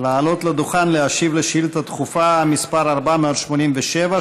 לעלות לדוכן להשיב על שאילתה דחופה מס' 487,